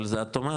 אבל זה אוטומטי,